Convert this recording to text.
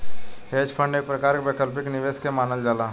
hedge fund एक प्रकार के वैकल्पिक निवेश के मानल जाला